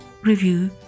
review